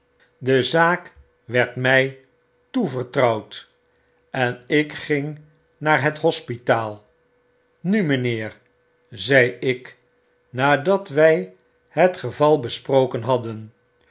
de zaak werd my toevertrouwd en ik ging naar het hospitaal nu mynheer zei ik nadat wy het geval besproken hadden